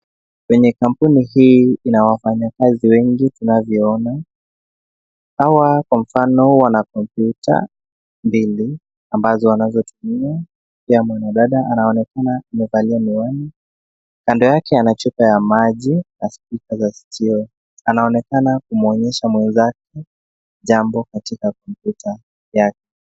Kwenye kampuni hii ina wafanyakazi wengi tunavyoona. Hawa kwa mfano wana kompyuta mbili ambazo wanazotumia. Pia mwanadada anaonekana amevalia miwani. Kando yake ana chupa ya maji na spika za skio. Anaonekana kumuonyesha mwenzake jambo katika kompyuta yake.